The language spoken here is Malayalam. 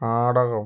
നാടകം